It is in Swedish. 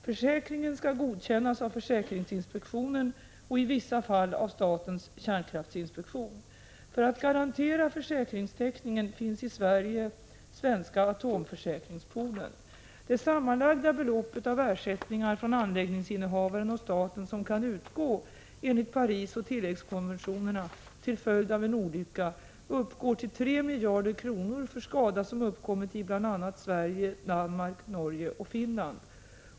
Försäkringen skall godkännas av försäkringsinspektionen och i vissa fall av statens kärnkraftsinspektion. För att garantera försäkringstäckningen finns i Sverige Svenska atomförsäkringspoolen. Det sammanlagda beloppet av ersättningar från anläggningsinnehavaren och staten som kan utgå enligt Parisoch tilläggskonventionerna till följd av en olycka uppgår till 3 miljarder kronor för skada som uppkommit i bl.a. Sverige, Danmark, Norge och Finland.